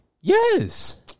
Yes